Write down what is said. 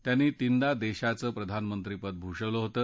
त्यांनी तिनदा देशाचं प्रधानमंत्रीपद भूषवलं होतं